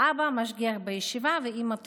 אבא משגיח בישיבה ואימא תופרת.